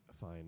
fine